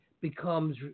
becomes